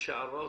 יש הערות?